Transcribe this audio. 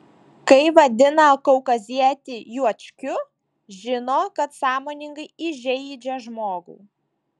kai vadina kaukazietį juočkiu žino kad sąmoningai įžeidžia žmogų